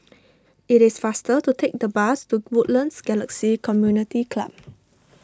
it is faster to take the bus to Woodlands Galaxy Community Club